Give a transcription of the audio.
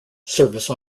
service